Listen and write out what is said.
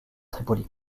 tripoli